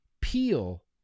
peel